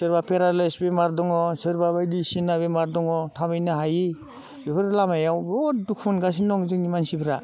सोरबा पेरालाइज बेमार दङ सोरबा बायदिसिना बेमार दङ थाबायनो हायै बेफोर लामायाव बहुद दुखु मोनगासिनो दं जोंनि मानसिफ्रा